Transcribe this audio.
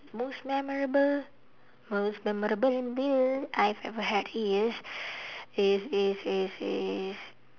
most memorable most memorable meal I've ever had is is is is is